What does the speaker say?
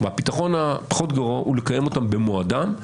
והפתרון הפחות גרוע הוא לקיים אותן במועדן,